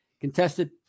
contested